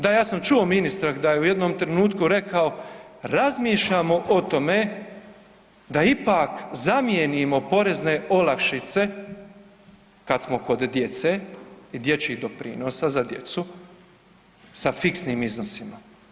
Da ja sam čuo ministra da je u jednom trenutku rekao, razmišljamo o tome da ipak zamijenimo porezne olakšice kada smo kod djece i dječjih doprinosa za djecu sa fiksnim iznosima.